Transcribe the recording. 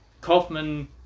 Kaufman